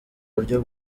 buryo